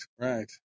right